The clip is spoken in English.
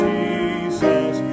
Jesus